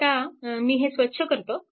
आता मी हे स्वच्छ करतो